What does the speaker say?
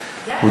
תודה.